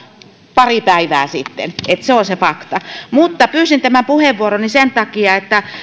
pari päivää sitten niin että se on se fakta mutta pyysin tämän puheenvuoron sen takia että